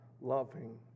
loving